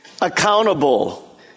Accountable